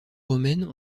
romaines